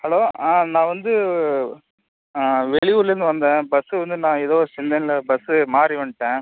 hello ஆ நான் வந்து வெளியூர்லேருந்து வந்தேன் பஸ்ஸு வந்து நான் ஏதோ ஒரு சிந்தனையில் பஸ்ஸு மாறி வந்துட்டேன்